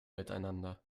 miteinander